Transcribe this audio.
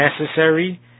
necessary